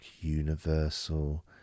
universal